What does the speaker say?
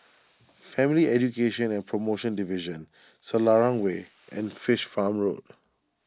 Family Education and Promotion Division Selarang Way and Fish Farm Road